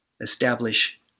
establish